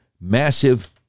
massive